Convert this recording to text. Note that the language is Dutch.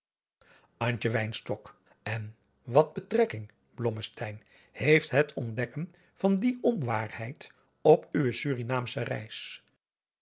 en wat betrekking blommesteyn heeft het ontdekken van die onwaarheid op uwe surinaamsche reis